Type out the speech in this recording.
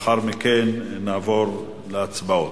לאחר מכן נעבור להצבעות.